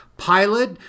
Pilot